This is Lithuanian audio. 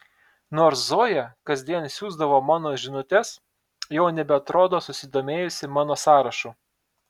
nors zoja kasdien siųsdavo man žinutes jau nebeatrodo susidomėjusi mano sąrašu